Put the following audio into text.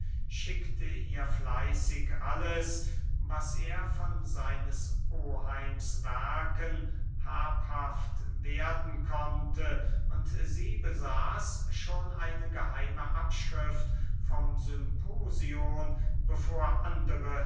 schickte ihr fleißig alles was er von seines oheims werken habhaft werden konnte und sie besaß schon eine geheime abschrift vom symposion bevor andere